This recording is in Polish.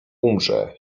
umrze